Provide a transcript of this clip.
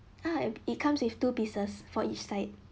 ah it comes with two pieces for each side